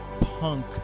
Punk